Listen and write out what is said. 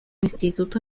instituto